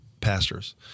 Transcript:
pastors